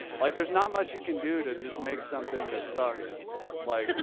like there's not much you can do to just make something that sucks. like